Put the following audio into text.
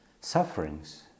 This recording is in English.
sufferings